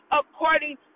according